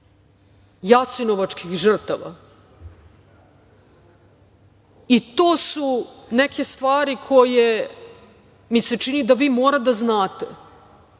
jasenovačkih žrtava. To su neke stvari koje mi se čini da vi mora da znate,